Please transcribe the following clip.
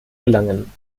gelangen